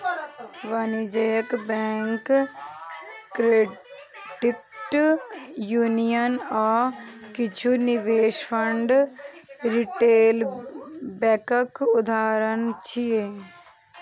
वाणिज्यिक bank, credit union आ किछु निवेश फंड रिटेल बैंकक उदाहरण छियै